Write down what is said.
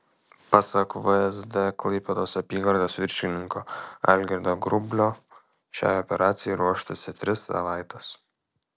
pasak vsd klaipėdos apygardos viršininko algirdo grublio šiai operacijai ruoštasi tris savaites